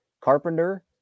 Carpenter